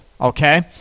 okay